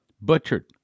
butchered